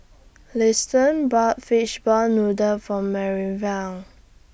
Liston bought Fish Ball Noodles For Minerva